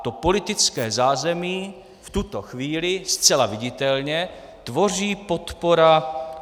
To politické zázemí v tuto chvíli zcela viditelně tvoří podpora KSČM a SPD.